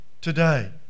today